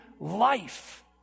life